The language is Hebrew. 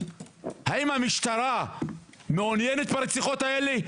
האם המשטרה מעוניינת ברציחות האלה?